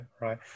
right